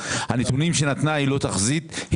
הנתונים שנתנה היא לא תחזית,